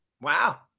Wow